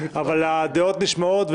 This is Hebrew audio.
הדעות נשמעות,